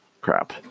crap